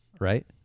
right